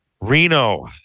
Reno